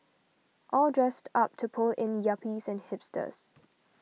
all dressed up to pull in yuppies and hipsters